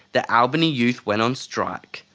the albany youth went on strike,